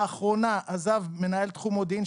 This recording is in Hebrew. לאחרונה עזב מנהל תחום מודיעין,